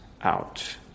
out